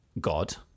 god